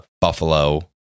buffalo